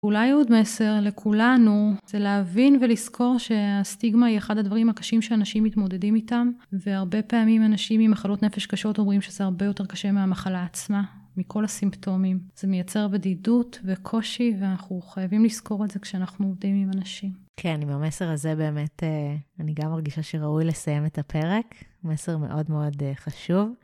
אולי עוד מסר לכולנו, זה להבין ולזכור שהסטיגמה היא אחד הדברים הקשים שאנשים מתמודדים איתם. והרבה פעמים אנשים עם מחלות נפש קשות אומרים שזה הרבה יותר קשה מהמחלה עצמה, מכל הסימפטומים. זה מייצר בדידות וקושי, ואנחנו חייבים לזכור את זה כשאנחנו עובדים עם אנשים. כן, עם המסר הזה באמת, אני גם מרגישה שראוי לסיים את הפרק. מסר מאוד מאוד חשוב.